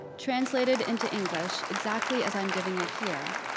translated into english exactly as i'm giving it here,